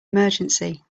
emergency